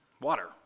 water